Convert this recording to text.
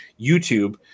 YouTube